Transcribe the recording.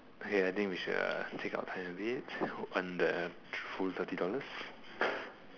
okay I think we should uh take our time a bit to earn the full thirty dollars